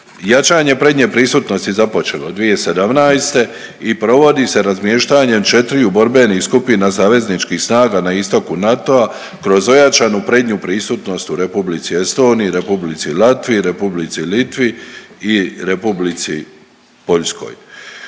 Jačanje prednje prisutnosti započelo je 2017. i provodi se razmještanjem četiriju borbenih skupina savezničkih snaga na istoku NATO-a kroz ojačanu prednju prisutnost u Republici Estoniji, Republici Latviji, Republici Litvi i Republici Poljskoj.